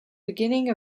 beginning